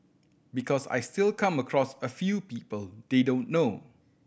because I still come across a few people they don't know